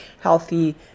healthy